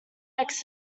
next